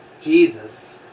Jesus